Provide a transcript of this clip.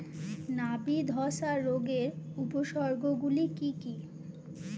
নাবি ধসা রোগের উপসর্গগুলি কি কি?